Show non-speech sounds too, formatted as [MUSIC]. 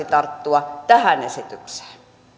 [UNINTELLIGIBLE] tarttua tähän esitykseen